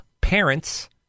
parents